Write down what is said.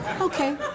Okay